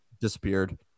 disappeared